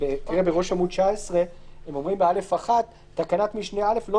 תראה בראש עמוד 19 הם אומרים בסעיף (א1) שתקנת משנה (א) לא